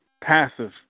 passive